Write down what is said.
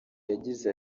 yagize